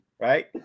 right